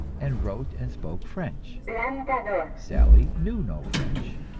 and wrote and spoke french sally knew no french,